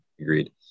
agreed